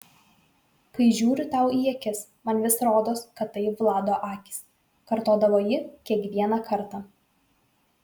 kai žiūriu tau į akis man vis rodos kad tai vlado akys kartodavo ji kiekvieną kartą